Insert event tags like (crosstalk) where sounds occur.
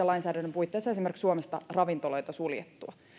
(unintelligible) lainsäädännön puitteissa esimerkiksi saaneet suomessa ravintoloita suljettua